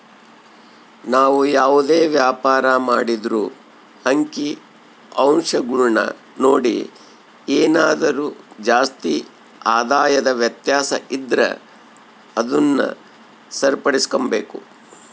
ನಾವು ಯಾವುದೇ ವ್ಯಾಪಾರ ಮಾಡಿದ್ರೂ ಅಂಕಿಅಂಶಗುಳ್ನ ನೋಡಿ ಏನಾದರು ಜಾಸ್ತಿ ಆದಾಯದ ವ್ಯತ್ಯಾಸ ಇದ್ರ ಅದುನ್ನ ಸರಿಪಡಿಸ್ಕೆಂಬಕು